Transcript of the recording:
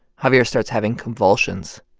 javier starts having convulsions,